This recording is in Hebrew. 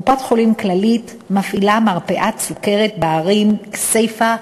קופת-חולים כללית מפעילה מרפאת סוכרת בערים כסייפה,